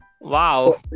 Wow